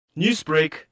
Newsbreak